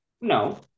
No